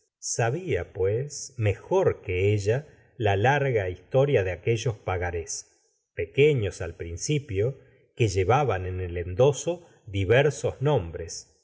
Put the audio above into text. sabia pues mejor que ella la larga historia de aquellos pagarés pequeños al principio que llevaban en el endoso diversos nombres